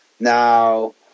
Now